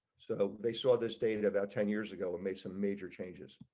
so they saw their stated about ten years ago make some major changes.